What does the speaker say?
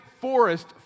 forest